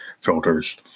filters